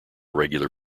regular